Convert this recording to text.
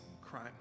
crime